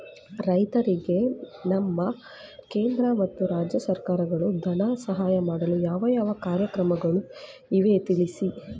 ರೈತರಿಗೆ ನಮ್ಮ ಕೇಂದ್ರ ಮತ್ತು ರಾಜ್ಯ ಸರ್ಕಾರಗಳು ಧನ ಸಹಾಯ ಮಾಡಲು ಯಾವ ಯಾವ ಕಾರ್ಯಕ್ರಮಗಳು ಇವೆ ತಿಳಿಸಿ?